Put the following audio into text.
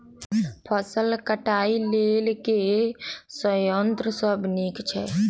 फसल कटाई लेल केँ संयंत्र सब नीक छै?